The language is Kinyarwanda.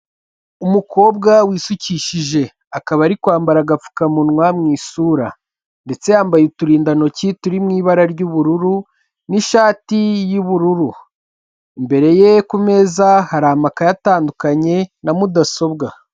Umukobwa wisukishije akaba ari kwambara agapfukamunwa mu isura, ndetse yambaye uturindantoki turi mu ibara ry'ubururu, n'ishati yubururu, imbere ye ku meza hari amakayi atandukanye na mudasobwa.